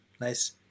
nice